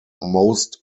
most